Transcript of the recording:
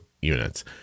units